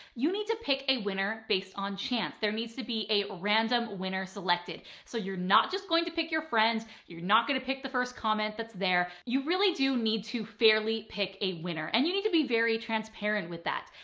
you need to pick a winner based on chance. there needs to be a random winner selected. so you're not just going to pick your friends, friends, you're not going to pick the first comment that's there. you really do need to fairly pick a winner and you need to be very transparent with that.